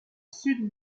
sud